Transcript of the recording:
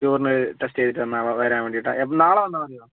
urine test ചെയ്തിട്ട് എന്നാൽ വരാൻ വേണ്ടിയിട്ടാണോ നാളെ വന്നാൽ മതിയോ